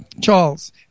Charles